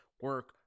Work